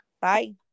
Bye